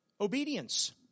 obedience